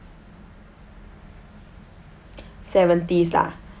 seventies lah